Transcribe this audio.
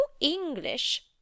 English